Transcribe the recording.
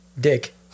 Dick